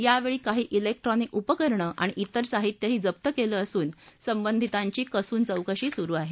या वेळी काही जिक्ट्रॉनिक उपकरणं आणि जिर साहित्यही जप्त केलं असून संबंधितांची कसून चौकशी सुरु आहे